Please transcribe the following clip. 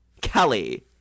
Kelly